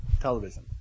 Television